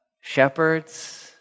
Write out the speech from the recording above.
shepherds